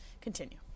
continue